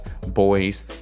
boys